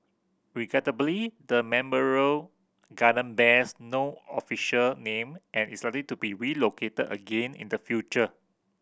regrettably the memorial garden bears no official name and is likely to be relocated again in the future